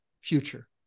future